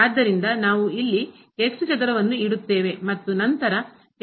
ಆದ್ದರಿಂದ ನಾವು ಇಲ್ಲಿ ಚದರವನ್ನು ಇಡುತ್ತೇವೆ ಮತ್ತು ನಂತರ ಮತ್ತೆ ಆಗಿರುತ್ತದೆ